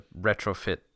retrofit